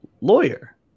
lawyer